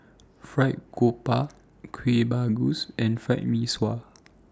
Fried Garoupa Kueh Bugis and Fried Mee Sua